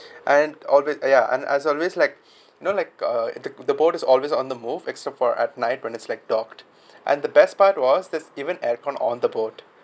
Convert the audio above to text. and always uh ya and as always like you know like uh the the boat is always on the move except for at night when it's like docked and the best part was there's even aircon on the boat